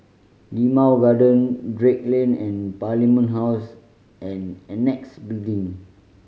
Limau Garden Drake Lane and Parliament House and Annexe Building